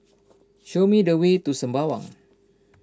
show me the way to Sembawang